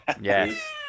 Yes